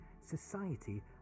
society